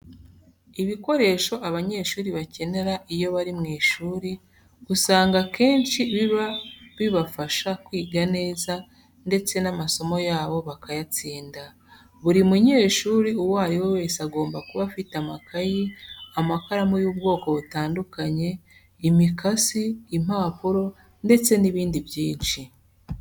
Ibikoresho abanyeshuri bakenera iyo bari mu ishuri usanga akenshi biba bibafasha kwiga neza ndetse n'amasomo yabo bakayatsinda. Buri munyeshuri uwo ari we wese agomba kuba afite amakayi, amakaramu y'ubwoko butandukanye, imikasi, impapuro ndetse n'ibindi byinshi.